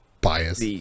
Bias